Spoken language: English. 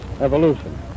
evolution